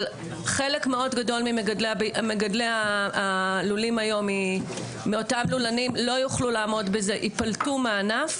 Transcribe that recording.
אבל חלק מאוד גודל ממגדלי הלולים לא יוכלו לעמוד בזה וייפלטו מהענף.